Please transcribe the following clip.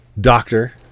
doctor